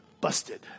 busted